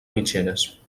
mitgeres